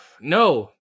no